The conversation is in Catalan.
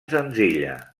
senzilla